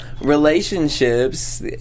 relationships